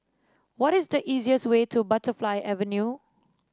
what is the easiest way to Butterfly Avenue